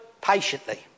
patiently